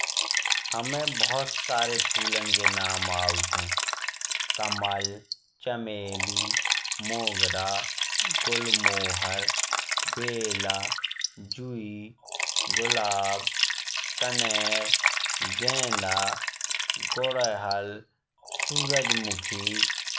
हमे बहुत सारे फूलन के नाम आउत है। कमल, चमेली, मोगरा, गुलमोहर, बेला, जुई। गुलाब, कनेर, गेंद, गु़धल, सूरजमुखी।